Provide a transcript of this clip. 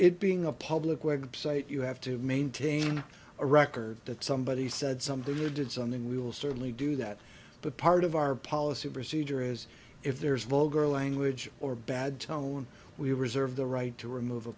it being a public website you have to maintain a record that somebody said something you did something we will certainly do that but part of our policy procedure is if there's vulgar language or bad tone we reserve the right to remove a